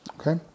okay